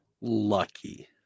lucky